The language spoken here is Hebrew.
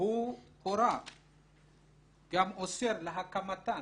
גם אוסר על הקמתן.